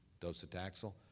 docetaxel